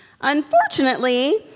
Unfortunately